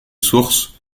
sources